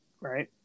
right